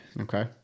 Okay